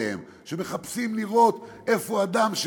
שמחפשים לראות איפה אדם,